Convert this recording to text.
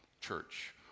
church